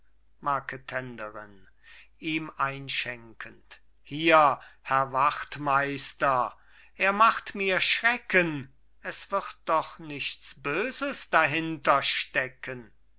marketenderin ihm einschenkend hier herr wachtmeister er macht mir schrecken es wird doch nichts böses